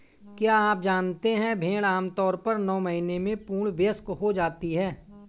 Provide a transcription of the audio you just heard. क्या आप जानते है भेड़ आमतौर पर नौ महीने में पूर्ण वयस्क हो जाती है?